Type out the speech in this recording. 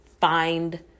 find